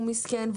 הוא מסכן,